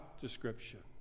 description